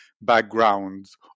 backgrounds